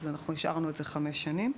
השארנו את זה "חמש שנים".